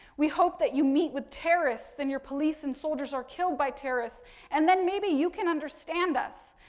we hope that you meet with terrorists and your police and soldiers are killed by terrorists and then maybe you can understand us.